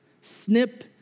snip